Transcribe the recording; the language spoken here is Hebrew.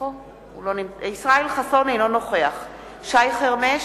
אינו נוכח שי חרמש,